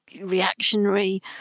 reactionary